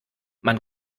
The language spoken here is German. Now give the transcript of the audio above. man